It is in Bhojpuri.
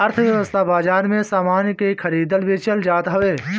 अर्थव्यवस्था बाजार में सामान के खरीदल बेचल जात हवे